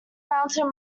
mountain